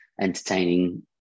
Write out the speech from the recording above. entertaining